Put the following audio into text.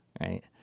Right